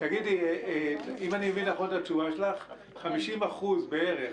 אם אני מבין נכון מהתשובה של עו"ד פלאי, בערך